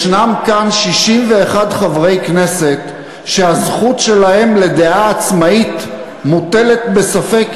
יש כאן 61 חברי כנסת שהזכות שלהם לדעה עצמאית מוטלת בספק,